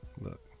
look